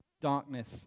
Darkness